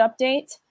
update